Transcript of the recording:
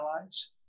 allies